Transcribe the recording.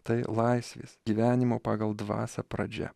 tai laisvės gyvenimo pagal dvasią pradžia